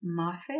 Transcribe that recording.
Mafe